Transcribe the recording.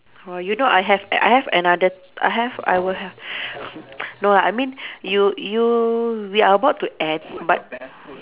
!wah! you know I have I have another I have I would have no lah I mean you you we are about to end but